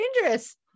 dangerous